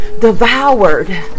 devoured